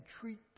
treat